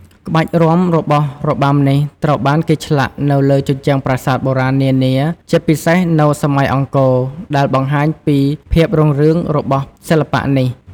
ក្បាច់រាំរបស់របាំនេះត្រូវបានគេឆ្លាក់នៅលើជញ្ជាំងប្រាសាទបុរាណនានា ជាពិសេសនៅសម័យអង្គរ ដែលបង្ហាញពីភាពរុងរឿងរបស់សិល្បៈនេះ។